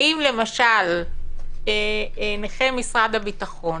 האם למשל נכי משרד הביטחון